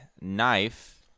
knife